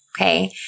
okay